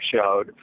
showed